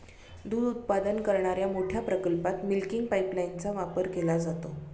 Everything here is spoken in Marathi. दूध उत्पादन करणाऱ्या मोठ्या प्रकल्पात मिल्किंग पाइपलाइनचा वापर केला जातो